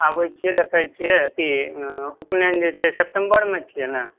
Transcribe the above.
आबय छियै देख़य छियै की उपनयन जे छै सेप्टेम्बरमे छियै ने